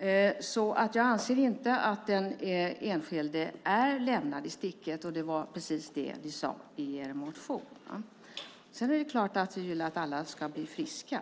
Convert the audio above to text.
Jag anser alltså inte att den enskilde är lämnad i sticket, vilket ni säger i er motion. Det är klart att vi vill att alla ska bli friska.